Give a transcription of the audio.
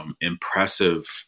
impressive